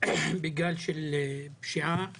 בגל של פשיעה חמורה.